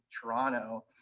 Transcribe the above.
Toronto